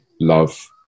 love